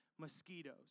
mosquitoes